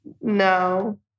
No